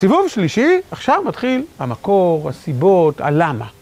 סיבוב שלישי עכשיו מתחיל, המקור, הסיבות, הלמה.